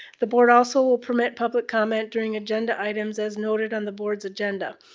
the board also will permit public comment during agenda items as noted on the board's agenda.